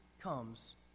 comes